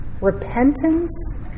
repentance